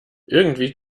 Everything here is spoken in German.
irgendwie